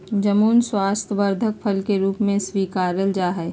जामुन स्वास्थ्यवर्धक फल के रूप में स्वीकारा जाहई